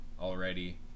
already